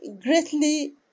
greatly